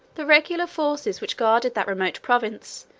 the regular forces, which guarded that remote province,